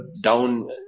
down